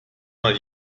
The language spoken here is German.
mal